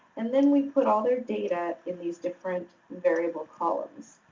and then, we put all their data in these different variable columns.